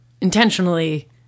intentionally